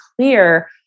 clear